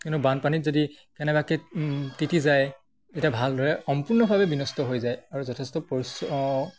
কিন্তু বানপানীত যদি কেনেবাকে তিটি যায় তেতিয়া ভালদৰে সম্পূৰ্ণভাৱে বিনষ্ট হৈ যায় আৰু যথেষ্ট পৰিশ্ৰম